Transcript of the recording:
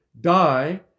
die